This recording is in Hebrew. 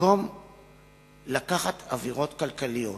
במקום לקחת עבירות כלכליות